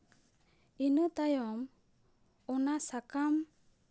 ᱤᱱᱟᱹ ᱛᱟᱭᱚᱢ ᱚᱱᱟ ᱥᱟᱠᱟᱢ